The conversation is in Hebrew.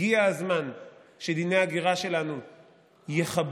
הגיע הזמן שדיני ההגירה שלנו יכבדו